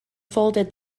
folded